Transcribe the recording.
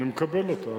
אני מקבל אותה,